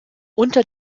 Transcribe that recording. unter